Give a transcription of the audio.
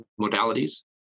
modalities